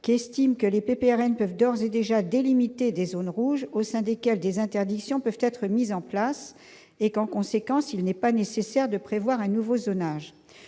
reprises que les PPRNP peuvent d'ores et déjà délimiter des zones rouges au sein desquelles des interdictions peuvent être mises en place. En conséquence, il n'estime pas nécessaire de prévoir un nouveau zonage.